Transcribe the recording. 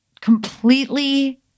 completely